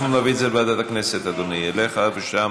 אנחנו נעביר את זה לוועדת הכנסת, אדוני, אליך, ושם